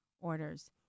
orders